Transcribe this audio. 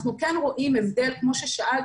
כמו ששאלת,